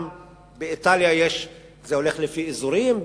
באיטליה זה הולך לפי אזורים,